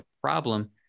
problem